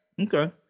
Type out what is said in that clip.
okay